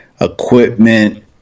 equipment